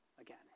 again